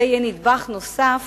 זה יהיה נדבך נוסף